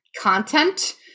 content